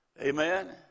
Amen